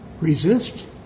resist